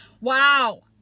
Wow